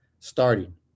starting